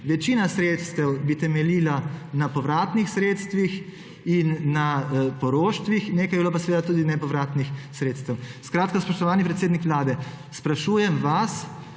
večina sredstev bi temeljila na povratnih sredstvih in na poroštvih, nekaj pa bi bilo tudi nepovratnih sredstev. Spoštovani predsednik Vlade, sprašujem vas: